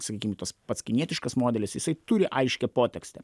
sakykim tas pats kinietiškas modelis jisai turi aiškią potekstę